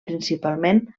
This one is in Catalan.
principalment